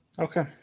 Okay